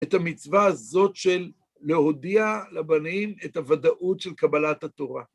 את המצווה הזאת של להודיע לבנים את הוודאות של קבלת התורה.